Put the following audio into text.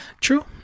true